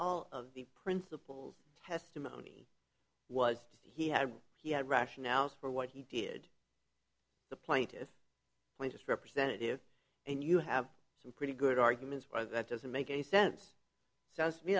all of the principles testimony was he had he had rationales for what he did the plaintiffs plaintiffs representative and you have so pretty good arguments why that doesn't make any sense sounds